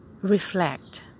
reflect